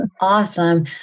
Awesome